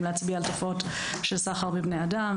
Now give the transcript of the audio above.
להצביע על תופעות של סחר בבני אדם,